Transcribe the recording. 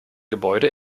gebäude